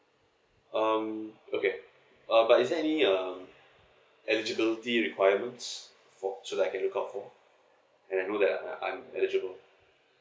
um okay uh but is there any um eligibility requirements for so that I could look out for and I know that I I'm eligible